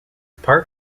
part